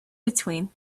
between